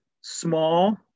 small